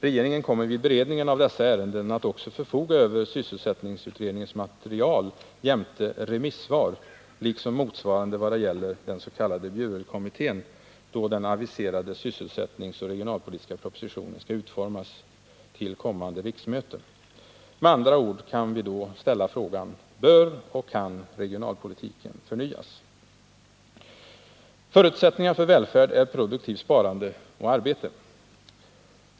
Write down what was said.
Regeringen kommer vid beredningen av dessa ärenden att också förfoga över sysselsättningsutredningens material jämte remissvar liksom motsvarande vad gäller den s.k. Bjurelkommittén då den aviserade sysselsättningsoch regionalpolitiska propositionen skall utformas inför kommande riksmöte. Med andra ord kan vi ställa frågan: Bör och kan regionalpolitiken förnyas? Förutsättningar för välfärd är produktivt sparande och arbete.